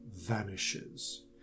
vanishes